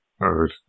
earth